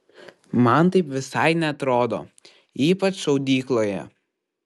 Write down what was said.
man taip visai neatrodo ypač šaudykloje